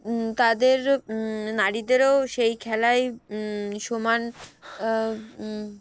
তাদের নারীদেরও সেই খেলায় সমান